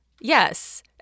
Yes